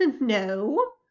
no